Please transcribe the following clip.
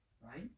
right